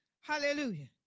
Hallelujah